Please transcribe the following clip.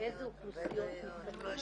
לאיזה אוכלוסיות מתכוונים.